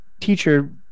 teacher